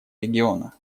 региона